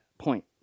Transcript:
point